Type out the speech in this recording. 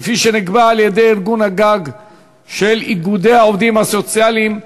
כפי שנקבע על-ידי ארגון הגג של איגודי העובדים הסוציאליים,